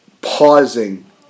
pausing